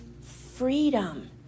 freedom